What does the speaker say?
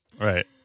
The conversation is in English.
right